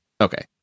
Okay